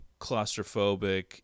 claustrophobic